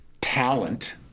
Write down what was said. talent